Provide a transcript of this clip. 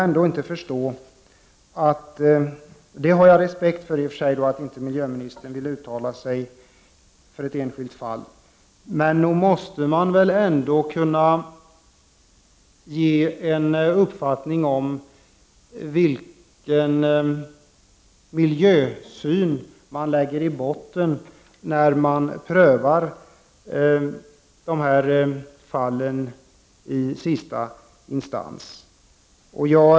I och för sig har jag respekt för att miljöministern inte vill uttala sig i ett enskilt fall, men nog måste man väl ändå kunna ge en uppfattning om vilken miljösyn man lägger i botten när man prövar de här fallen i sista instans?